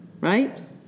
right